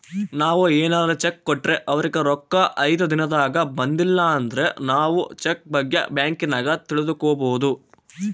ನಾವು ಏನಾರ ಚೆಕ್ ಕೊಟ್ರೆ ಅವರಿಗೆ ರೊಕ್ಕ ಐದು ದಿನದಾಗ ಬಂದಿಲಂದ್ರ ನಾವು ಚೆಕ್ ಬಗ್ಗೆ ಬ್ಯಾಂಕಿನಾಗ ತಿಳಿದುಕೊಬೊದು